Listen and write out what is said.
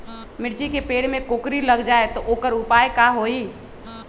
मिर्ची के पेड़ में कोकरी लग जाये त वोकर उपाय का होई?